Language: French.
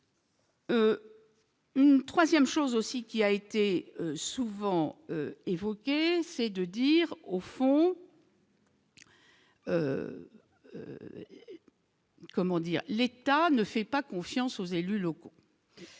Une 3ème chose aussi qui a été souvent évoquée, c'est de dire au fond. Comment dire, l'État ne fait pas confiance aux élus locaux,